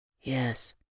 Yes